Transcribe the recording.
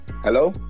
Hello